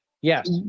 yes